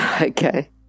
Okay